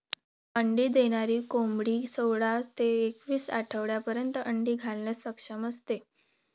अंडी देणारी कोंबडी सोळा ते एकवीस आठवड्यांपर्यंत अंडी घालण्यास सक्षम असते